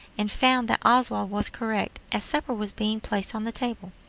and found that oswald was correct, as supper was being placed on the table.